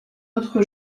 autre